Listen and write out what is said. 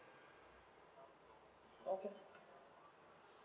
okay